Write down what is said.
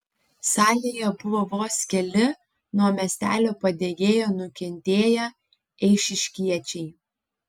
salėje buvo vos keli nuo miestelio padegėjo nukentėję eišiškiečiai